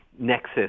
nexus